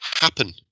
happen